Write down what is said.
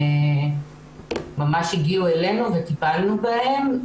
ממש הגיעו אלינו וטיפלנו בהם.